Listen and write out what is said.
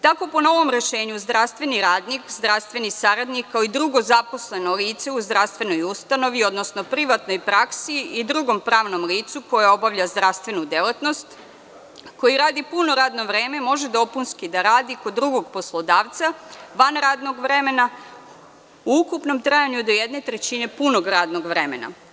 Tako po novom rešenju zdravstveni radnik, zdravstveni saradnik, kao i drugo zaposleno lice u zdravstvenoj ustanovi, odnosno privatnoj praksi i drugom pravnom licu koje obavlja zdravstvenu delatnost, koji radi puno radno vreme može dopunski da radi kod drugog poslodavca, van radnog vremena u ukupnom trajanju do jedne trećine punog radnog vremena.